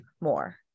more